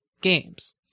games